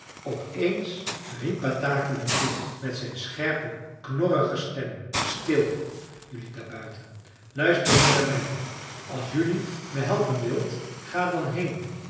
op eens riep bataki hun toe met zijn scherpe knorrige stem stil jelui daar buiten luister nu naar mij als jelui me helpen wilt ga dan heen